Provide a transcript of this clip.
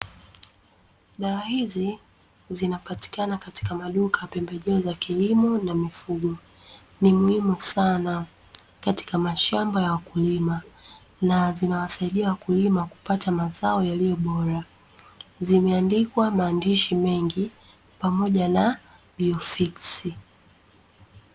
Dawa hizi zinapatikana katika maduka ya pembejeo za kilimo na mifugo. Ni muhimu sana katika mashamba ya wakulima, na zinawasaidia wakulima kupata mazao bora. Zimeandikwa maandishi mengi pamoja na "Biofix".